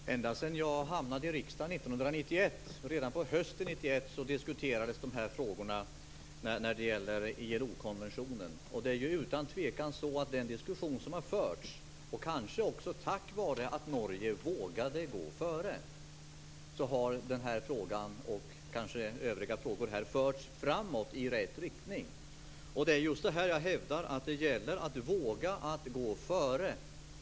Herr talman! Ända sedan jag hamnade i riksdagen 1991 har de frågor som gäller ILO-konventionen diskuterats. Det började redan på hösten. Utan tvivel är det för att den här diskussionen har förts, och kanske också tack vare att Norge vågade gå före, som den här frågan och kanske övriga frågor har förts framåt i rätt riktning. Det är just det här jag hävdar. Det gäller att våga gå före.